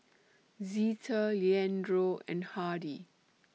Zeta Leandro and Hardy